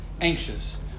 anxious